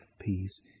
peace